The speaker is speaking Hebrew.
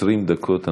20 דקות.